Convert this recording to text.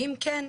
ואם כן,